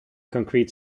concrete